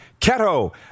keto